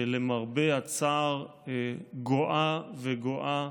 שלמרבה הצער גואה וגואה.